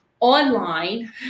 online